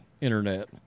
internet